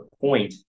point